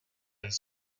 his